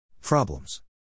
Problems